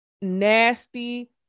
nasty